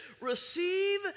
Receive